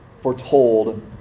foretold